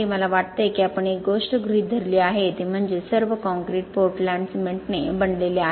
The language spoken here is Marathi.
मला वाटते की आपण एक गोष्ट गृहीत धरली आहे ती म्हणजे सर्व काँक्रीट पोर्टलँड सिमेंटने बनलेले आहे